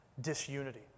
disunity